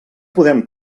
podem